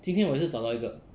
今天我也是找到一个